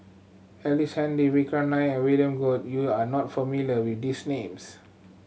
Ellice Handy Vikram Nair and William Goode you are not familiar with these names